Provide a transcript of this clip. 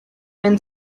and